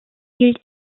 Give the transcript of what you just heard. gilt